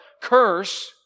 curse